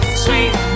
sweet